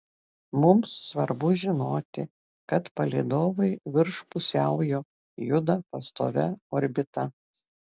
mums svarbu žinoti kad palydovai virš pusiaujo juda pastovia orbita